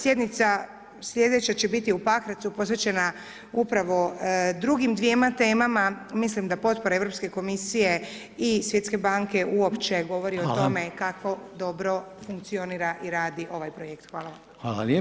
Sjednica slijedeća će biti u Pakracu posvećena upravo drugim dvjema temama, mislim da potpora Europske Komisije i Svjetske banke uopće govori [[Upadica: Hvala]] o tome kako dobro funkcionira i radi ovaj projekt.